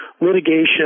litigation